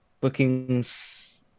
bookings